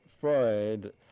Freud